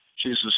Jesus